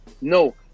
No